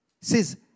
says